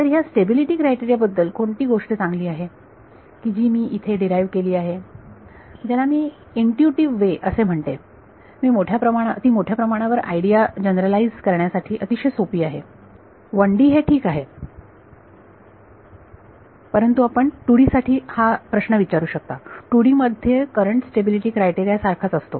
तर ह्या stability criteria बद्दल कोणती गोष्ट चांगली आहे की जी इथे डीराईव्ह केली आहे ज्याला मी इंट्यूटिव वे असे म्हणते ती मोठ्या प्रमाणावर आयडिया जनरलाईज करण्यासाठी अतिशय सोपी आहे 1D हे ठीक आहे परंतु आपण 2D साठी हा प्रश्न विचारू शकता 2D मध्ये करंट स्टॅबिलिटी क्रायटेरिया सारखाच असतो